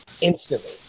instantly